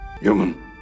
human